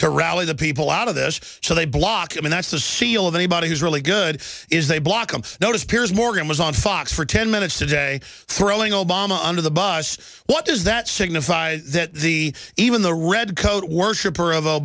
to rally the people out of this so they block i mean that's the seal of anybody who's really good is they block on notice piers morgan was on fox for ten minutes today throwing obama under the bus what does that signifies that the even the redcoat worshipper of